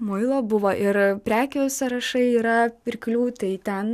muilo buvo ir prekių sąrašai yra pirklių tai ten